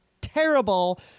terrible